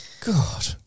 God